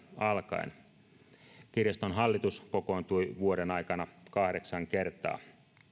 alkaen kirjaston hallitus kokoontui vuoden aikana kahdeksan kertaa